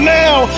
now